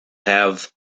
have